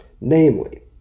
Namely